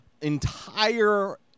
entire